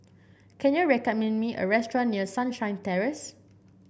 can you recommend me a restaurant near Sunshine Terrace